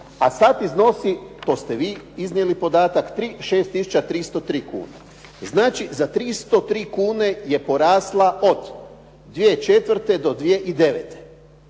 a sad iznosi, to ste vi iznijeli podatak, 6 303 kune. Znači za 303 kune je porasla od 2004. do 2009.